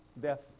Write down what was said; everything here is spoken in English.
death